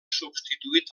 substituït